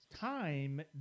time